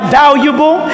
valuable